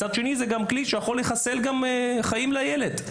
מצד שני, זה גם כלי שיכול לחסל חיים לילד.